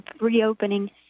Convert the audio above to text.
reopening